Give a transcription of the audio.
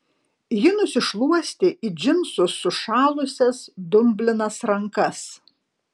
ji nusišluostė į džinsus sušalusias dumblinas rankas